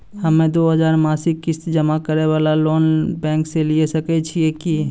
हम्मय दो हजार मासिक किस्त जमा करे वाला लोन बैंक से लिये सकय छियै की?